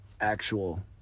actual